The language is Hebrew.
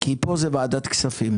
כי פה זה ועדת כספים: